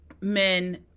men